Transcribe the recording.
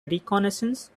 reconnaissance